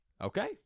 Okay